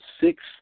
six